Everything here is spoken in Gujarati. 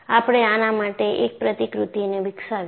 આપણે આના માટે એક પ્રતિકૃતિને વિકસાવીશું